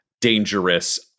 dangerous